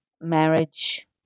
Marriage